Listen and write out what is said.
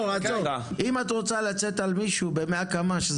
אם את רוצה לצאת על מישהו ב-100 קמ"ש,